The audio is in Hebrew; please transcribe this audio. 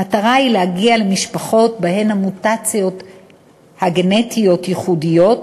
המטרה היא להגיע למשפחות שבהן המוטציות הגנטיות ייחודיות,